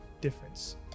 difference